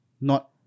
not-